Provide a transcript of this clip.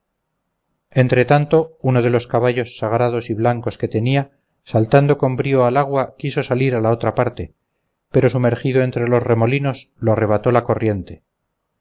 entretanto uno de los caballos sagrados y blancos que tenía saltando con brío al agua quiso salir a la otra parte pero sumergido entre los remolinos lo arrebató la corriente